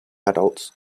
adults